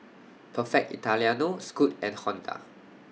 Perfect Italiano Scoot and Honda